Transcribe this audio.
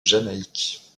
jamaïque